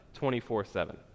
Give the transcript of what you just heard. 24-7